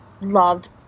loved